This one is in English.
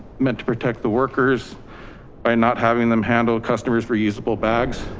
meant to protect the workers by not having them handle customers reusable bags.